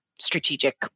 strategic